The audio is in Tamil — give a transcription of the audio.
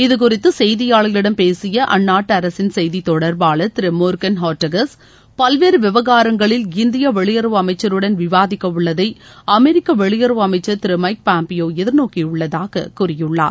இதுகுறிதது செய்தியாளர்களிடம் பேசிய அந்நாட்டு அரசின் செய்தித் தொடர்பாளர் திரு மோகன் ஒர்டாகஸ் பல்வேறு விவகாரங்களில் இந்திய வெளியுறவு அமைச்சருடன் விவாதிக்கவுள்ளதை அமெரிக்க வெளியுறவு அமைச்சர் திரு மைக் பாம்பியோ எதிர்நோக்கியுள்ளதாக கூறியுள்ளார்